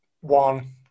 one